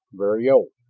very old.